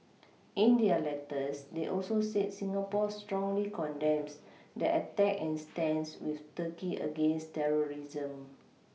in their letters they also said Singapore strongly condemns the attack and stands with Turkey against terrorism